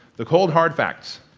the cold hard facts